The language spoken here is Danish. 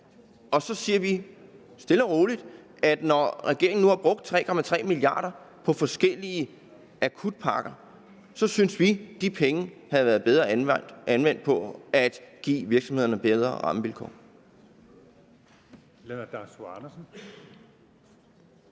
er optaget af. Når regeringen nu har brugt 3,3 mia. kr. på forskellige akutpakker, så siger vi stille og roligt, at vi synes, de penge havde været bedre anvendt på at give virksomhederne bedre rammevilkår.